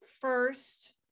first